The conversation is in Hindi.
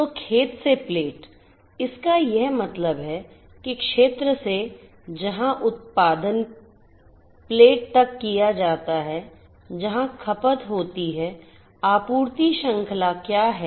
तो खेत से प्लेट इसका यह मतलब है कि क्षेत्र से जहां उत्पादन प्लेट में किया जाता है जहां खपत होती है आपूर्ति श्रृंखला क्या है